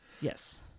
Yes